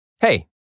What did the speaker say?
hey